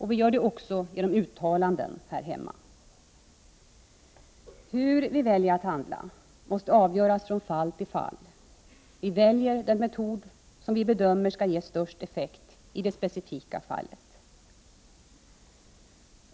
Vi gör det också genom uttalanden här hemma. Hur vi väljer att handla måste avgöras från fall till fall. Vi väljer den metod som vi bedömer skall ge störst effekt i det specifika fallet.